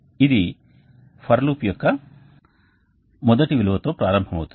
ఇది for loop యొక్క మొదటి విలువతో ప్రారంభమవుతుంది